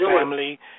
family